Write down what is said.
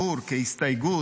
מיוזמי הצעת החוק,